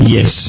Yes